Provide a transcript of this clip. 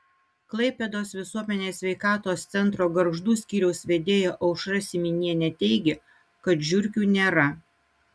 klaipėdos visuomenės sveikatos centro gargždų skyriaus vedėja aušra syminienė teigia kad žiurkių nėra